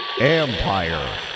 Empire